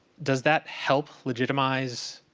does that help legitimize,